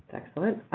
excellent.